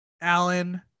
Allen